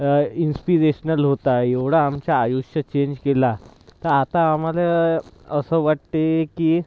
inspirational होता एवढं आमचं आयुष्य चेंज केला तर आता आम्हाला असे वाटते आहे की